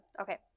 okay